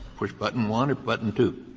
push button one or button two.